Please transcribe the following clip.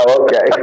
okay